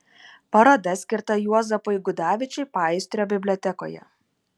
paroda skirta juozapui gudavičiui paįstrio bibliotekoje